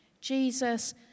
Jesus